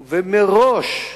ומראש,